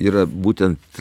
yra būtent